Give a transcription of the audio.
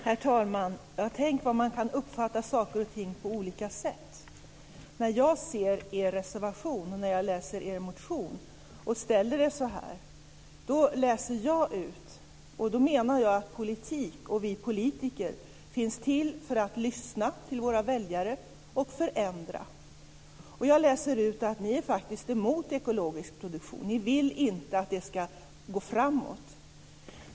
Herr talman! Tänk vad man kan uppfatta saker och ting på olika sätt. När jag läser er reservation och motion så utläser jag - då menar jag att politik och vi politiker finns till för att lyssna till våra väljare och förändra - att ni faktiskt är emot ekologisk produktion. Ni vill inte att den ska gå framåt.